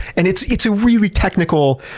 and it's it's a really technical,